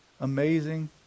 amazing